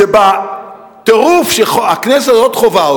שבטירוף שהכנסת הזאת חווה,